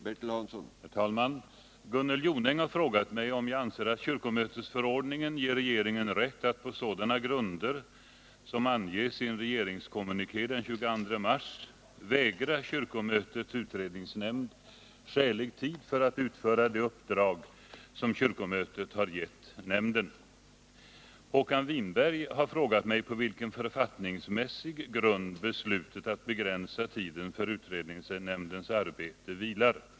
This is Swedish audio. Herr talman! Gunnel Jonäng har frågat mig om jag anser att kyrkomötesförordningen ger regeringen rätt att på sådana grunder, som anges i en regeringskommuniké den 22 mars, vägra kyrkomötets utredningsnämnd skälig tid för att utföra det uppdrag som kyrkomötet har gett nämnden. Håkan Winberg har frågat mig på vilken författningsmässig grund beslutet att begränsa tiden för utredningsnämndens arbete vilar.